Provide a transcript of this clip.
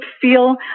feel